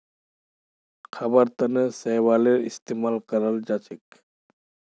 खाबार तनों शैवालेर इस्तेमाल कराल जाछेक